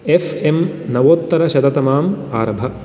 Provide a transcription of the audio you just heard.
F M नवोत्तरशततमाम् आरभ